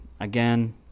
again